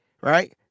right